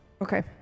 Okay